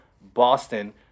Boston